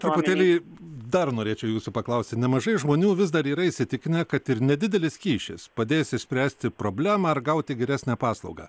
truputėlį dar norėčiau jūsų paklausti nemažai žmonių vis dar yra įsitikinę kad ir nedidelis kyšis padės išspręsti problemą ar gauti geresnę paslaugą